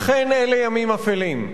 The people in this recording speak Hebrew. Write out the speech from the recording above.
אכן אלה ימים אפלים,